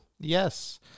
Yes